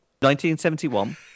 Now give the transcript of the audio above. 1971